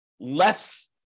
less